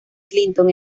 clinton